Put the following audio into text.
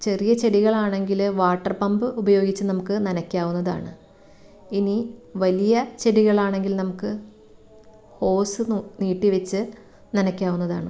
ചെറിയ ചെടികളാണെങ്കില് water pump ഉപയോഗിച്ച് നമുക്ക് നനയ്ക്കാവുന്നതാണ് ഇനി വലിയ ചെടികളാണെങ്കില് നമുക്ക് ഹോസ് നീട്ടി വെച്ച് നനയ്ക്കാവുന്നതാണ്